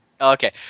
Okay